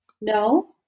No